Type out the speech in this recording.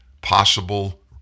possible